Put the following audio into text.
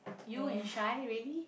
you and shy really